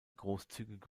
großzügige